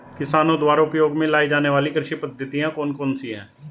किसानों द्वारा उपयोग में लाई जाने वाली कृषि पद्धतियाँ कौन कौन सी हैं?